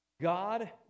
God